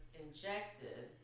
injected